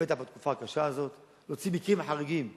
בטח בתקופה הקשה הזאת, להוציא מקרים חריגים מאוד,